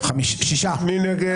מי נמנע?